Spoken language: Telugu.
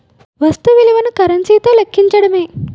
వస్తు విలువను కరెన్సీ తో లెక్కించడమే